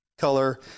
color